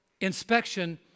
inspection